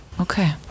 Okay